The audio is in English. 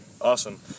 Awesome